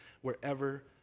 wherever